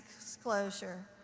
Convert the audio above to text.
disclosure